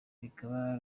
bikaba